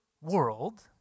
world